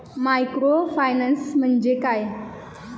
Microfinance म्हणजे काय?